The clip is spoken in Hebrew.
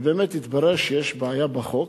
ובאמת התברר שיש בעיה בחוק.